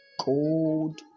cold